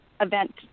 event